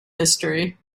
history